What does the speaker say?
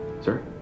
Sir